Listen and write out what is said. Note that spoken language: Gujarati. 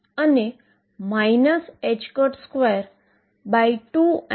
તેથી ψ ને અનુરૂપ કોન્સ્ટન્ટ સરવાળો Axe mω2ℏx2 થશે